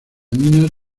minas